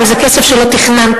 אבל זה כסף שלא תכננתם,